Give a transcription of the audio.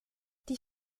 die